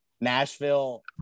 Nashville